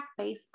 facebook